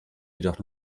jedoch